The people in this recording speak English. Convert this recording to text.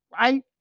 right